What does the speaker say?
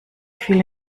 viele